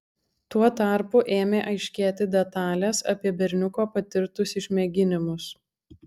tuo tarpu ėmė aiškėti detalės apie berniuko patirtus išmėginimus